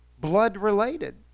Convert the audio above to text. blood-related